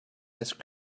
ice